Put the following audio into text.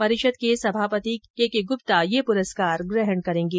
परिषद के सभापित के के गुप्ता ये पुरस्कार ग्रहण करेंगे